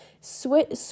switch